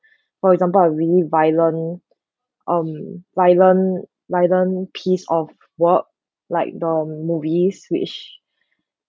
for example a really violent um violent violent piece of work like the movies which